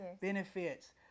benefits